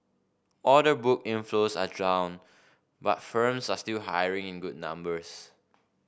order book inflows are down but firms are still hiring in good numbers